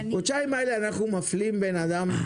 בחודשיים האלה אנחנו מפלים בן אדם?